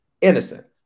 innocent